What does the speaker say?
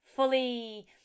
Fully